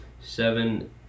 Seven